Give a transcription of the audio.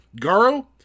Garo